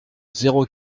zéro